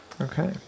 Okay